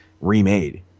remade